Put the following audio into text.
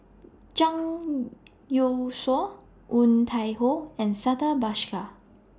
Zhang Youshuo Woon Tai Ho and Santha Bhaskar